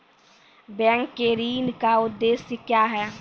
Bank के ऋण का उद्देश्य क्या हैं?